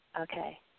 Okay